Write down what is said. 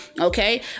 Okay